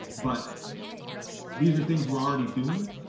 but these are things we're already doing.